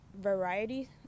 variety